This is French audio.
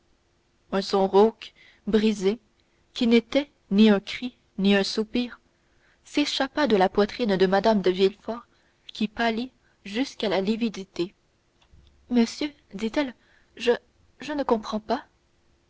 un son rauque brisé qui n'était ni un cri ni un soupir s'échappa de la poitrine de mme de villefort qui pâlit jusqu'à la lividité monsieur dit-elle je je ne comprends pas